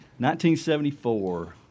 1974